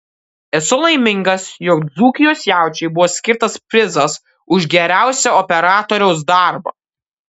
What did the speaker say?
esu laimingas jog dzūkijos jaučiui buvo skirtas prizas už geriausią operatoriaus darbą